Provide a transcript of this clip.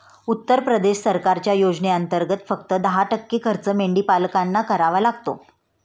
उत्तर प्रदेश सरकारच्या योजनेंतर्गत, फक्त दहा टक्के खर्च मेंढीपालकांना करावा लागतो